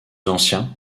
ancien